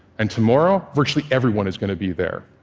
and tomorrow virtually everyone is going to be there.